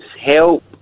help